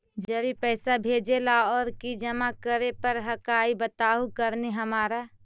जड़ी पैसा भेजे ला और की जमा करे पर हक्काई बताहु करने हमारा?